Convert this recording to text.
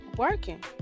working